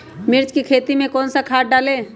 मिर्च की खेती में कौन सा खाद डालें?